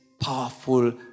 powerful